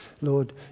Lord